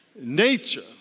nature